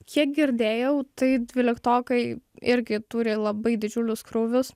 kiek girdėjau tai dvyliktokai irgi turi labai didžiulius krūvius